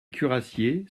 cuirassiers